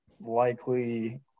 likely